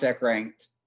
ranked